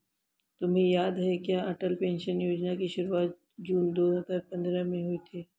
तुम्हें याद है क्या अटल पेंशन योजना की शुरुआत जून दो हजार पंद्रह में हुई थी?